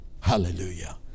Hallelujah